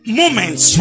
moments